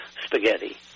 spaghetti